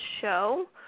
Show